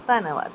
ਧੰਨਵਾਦ